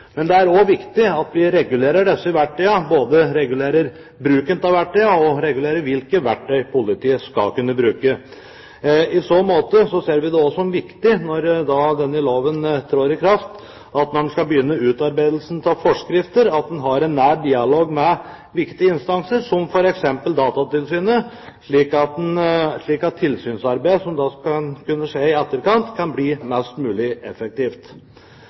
men det er også viktig at vi regulerer disse verktøyene, både bruken av dem og hvilke verktøy politiet skal kunne bruke. I så måte ser vi det også som viktig når denne loven trer i kraft og man skal begynne med utarbeidelsen av forskrifter, at man har en nær dialog med viktige instanser som f.eks. Datatilsynet, slik at tilsynsarbeidet som skal skje i etterkant, kan bli mest mulig effektivt.